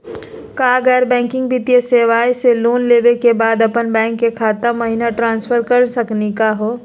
का गैर बैंकिंग वित्तीय सेवाएं स लोन लेवै के बाद अपन बैंको के खाता महिना ट्रांसफर कर सकनी का हो?